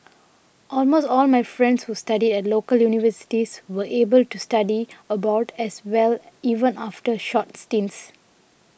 almost all my friends who studied at local universities were able to study abroad as well even after short stints